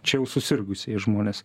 čia jau susirgusieji žmonės